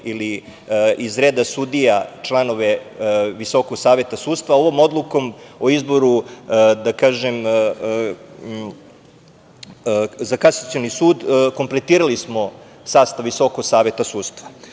dobili iz reda sudija članove Visokog saveta sudstva. Ovom odlukom o izboru za kasacioni sud kompletirali smo sastav Visokog saveta sudstva. To